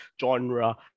genre